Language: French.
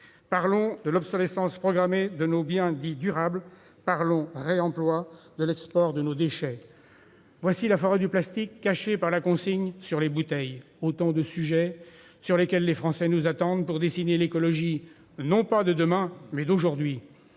Parlons de l'obsolescence programmée de nos biens dits durables. Parlons réemploi et export de nos déchets. Voilà la forêt de plastique cachée par la consigne sur les bouteilles ! Les Français nous attendent sur tous ces sujets pour dessiner l'écologie, non pas de demain, mais d'aujourd'hui.